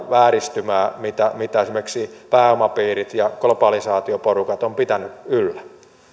vääristymää mitä mitä esimerkiksi pääomapiirit ja globalisaatioporukat ovat pitäneet yllä